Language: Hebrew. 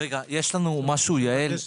יש לך משהו חשוב לומר?